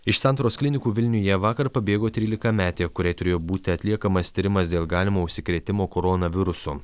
iš santaros klinikų vilniuje vakar pabėgo trylikametė kuriai turėjo būti atliekamas tyrimas dėl galimo užsikrėtimo koronavirusu